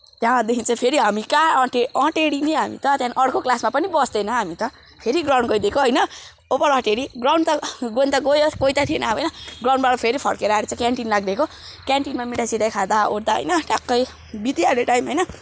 त्यहाँदेखि चाहिँ हामी कहाँ अटेरी अटेरी नि हामी त त्यहाँदेखिन अर्को क्लासमा पनि बस्दैन हामी त फेरि ग्राउन्ड गइदिएको होइन ओभर अटेरी ग्राउन्ड त जानु त गयो कोही पनि थएन होइन अब ग्राउन्डबाट फेरि फर्केर आएर चाहिँ क्यान्टिन लाग्देको क्यान्टिमा मिठाई सिठाई खाँदा ओर्दा होइन ट्याक्कै बितिहाल्यो टाइम होइन